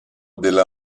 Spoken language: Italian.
della